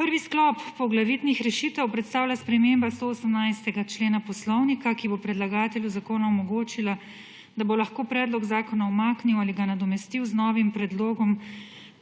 Prvi sklop poglavitnih rešitev predstavlja sprememba 118. člena Poslovnika, ki bo predlagatelju zakona omogočila, da bo lahko predlog zakona umaknil ali ga nadomestil z novim predlogom